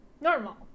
normal